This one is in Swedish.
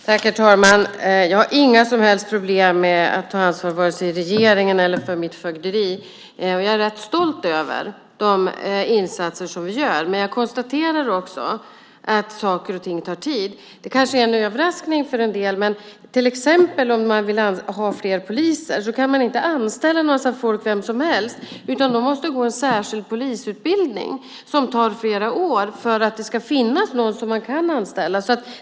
Herr talman! Jag har inga som helst problem att ta ansvar, varken i regeringen eller för mitt fögderi. Jag är rätt stolt över de insatser vi gör. Jag konstaterar dock att saker och ting tar tid. Det kanske kommer som en överraskning för en del, men vill man ha fler poliser kan man inte anställa en massa folk hur som helst. De måste gå en särskild polisutbildning som tar flera år för att det ska finnas några som man kan anställa.